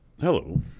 Hello